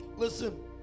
Listen